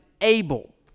able